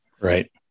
Right